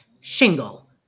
shingle